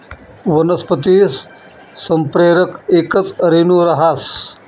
वनस्पती संप्रेरक येकच रेणू रहास